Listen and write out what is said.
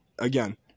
again